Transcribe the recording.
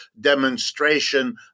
demonstration